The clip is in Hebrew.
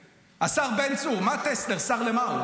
השר בן צור, מה טסלר, שר למה הוא?